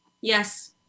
Yes